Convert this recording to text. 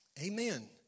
Amen